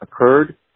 occurred